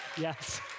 Yes